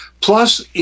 plus